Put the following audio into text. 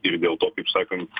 ir dėl to kaip sakant